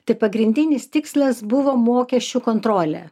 tai pagrindinis tikslas buvo mokesčių kontrolė